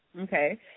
Okay